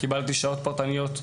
קיבלתי שעות פרטניות,